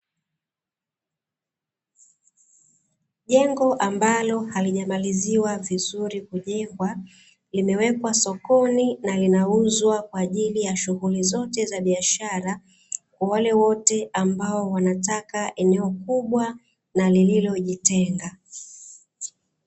Jengo ambalo halijamaliziwa vizuri kujengwa, limewekwa sokoni na linauzwa kwa ajili ya shughuli zote za biashara, kwa wale wote ambao wanataka eneo kubwa na lililojitenga.